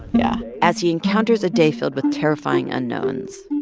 yeah. as he encounters a day filled with terrifying unknowns